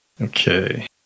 Okay